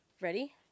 Ready